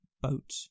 boat